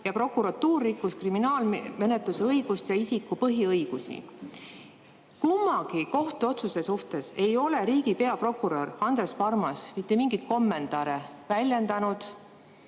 prokuratuur rikkus kriminaalmenetlusõigust ja isiku põhiõigusi. Kummagi kohtuotsuse kohta ei ole riigi peaprokurör Andres Parmas mitte mingit kommentaari [andnud].